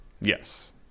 Yes